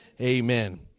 Amen